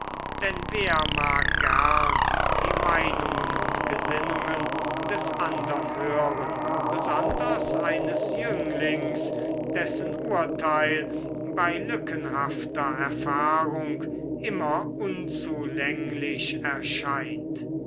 denn wer mag gern die meinungen und gesinnungen des andern hören besonders eines jünglings dessen urteil bei lückenhafter erfahrung immer unzulänglich erscheint